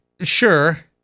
sure